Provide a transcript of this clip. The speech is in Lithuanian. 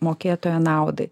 mokėtojo naudai